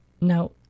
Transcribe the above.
Now